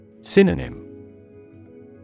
Synonym